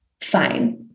Fine